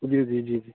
जी जी जी जी